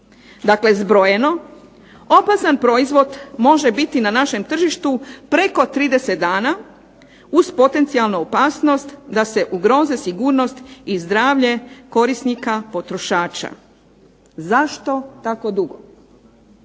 Dakle zbrojeno, opasan proizvod može biti na našem tržištu preko 30 dana uz potencijalnu opasnost da se ugroze sigurnost i zdravlje korisnika potrošača. Zašto tako dugo?